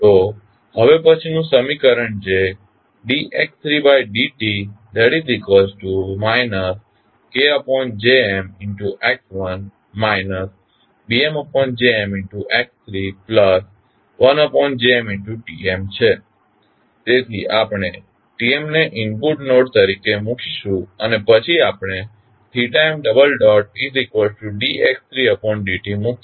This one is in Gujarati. તો હવે પછીનું સમીકરણ જે d x3d t KJmx1t BmJmx3t1JmTm છે તેથી આપણે Tm ને ઇનપુટ નોડ તરીકે મૂકીએ અને પછી આપણે md x3d t મૂકીએ